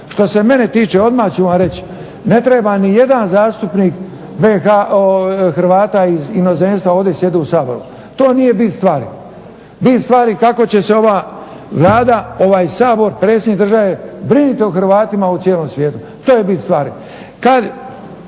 Što se mene tiče, odmah ću vam reći, ne treba nijedan zastupnik Hrvata iz inozemstva ovdje sjediti u Saboru. To nije bit stvari. Bit stvari je kako će se ova Vlada, ovaj Sabor, predsjednik države brinuti o Hrvatima u cijelom svijetu. To je bit stvari.